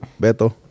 Beto